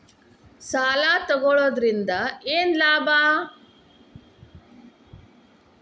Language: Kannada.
ಸಾಲ ತಗೊಳ್ಳುವುದರಿಂದ ಏನ್ ಲಾಭ?